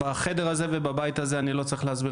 בחדר הזה ובבית הזה אני לא צריך להסביר